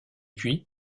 puis